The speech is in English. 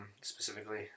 specifically